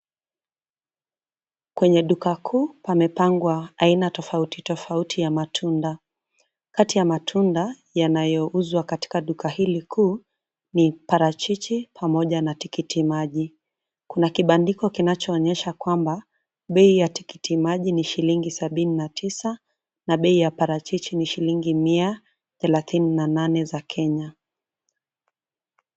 Kwenye duka kuu, pamepangwa aina tofauti tofauti ya matunda. Kati ya matunda, yanayouzwa katika duka hili kuu, ni parachichi pamoja na tikitimaji. Kuna kibandiko kinachoonyesha kwamba, bei ya tikitimaji ni shilingi sabini na tisa, na bei ya parachichi ni shilingi mia, thelathini na nane za Kenya.